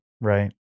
right